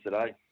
today